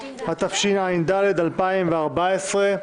התשע"ד 2014,